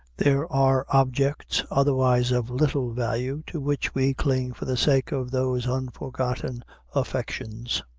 there are objects, otherwise of little value, to which we cling for the sake of those unforgotten affections,